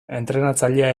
entrenatzailea